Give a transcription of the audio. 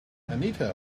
anita